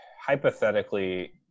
Hypothetically